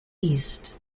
east